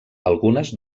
algunes